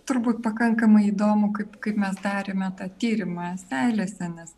turbūt pakankamai įdomu kaip kaip mes darėme tą tyrimą seilėse nes